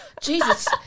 Jesus